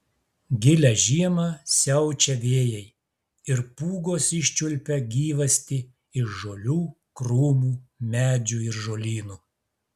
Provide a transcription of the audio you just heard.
gilią žiemą siaučią vėjai ir pūgos iščiulpia gyvastį iš žolių krūmų medžių ir žolynų